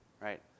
right